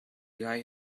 guy